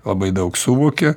labai daug suvokia